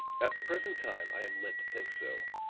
at the present time i am led to think so.